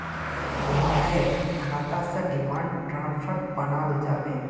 मोहनेर खाता स डिमांड ड्राफ्ट बनाल जाबे